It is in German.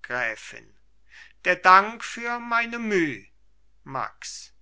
gräfin der dank für meine müh max